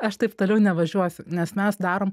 aš taip toliau nevažiuosiu nes mes darom